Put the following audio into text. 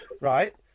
Right